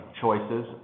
choices